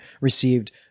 received